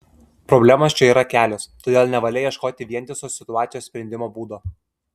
problemos čia yra kelios todėl nevalia ieškoti vientiso situacijos sprendimo būdo